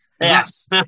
Yes